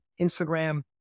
Instagram